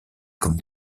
comme